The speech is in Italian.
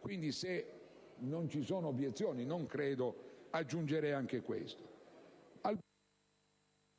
Quindi, se non ci sono obiezioni, ma non credo, aggiungerei anche questo